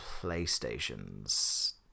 PlayStation's